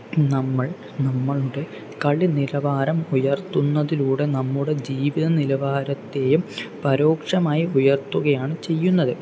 നമ്മൾ നമ്മളുടെ കളി നിലവാരം ഉയർത്തുന്നതിലൂടെ നമ്മുടെ ജീവിത നിലവാരത്തെയും പരോക്ഷമായി ഉയർത്തുകയാണ് ചെയ്യുന്നത്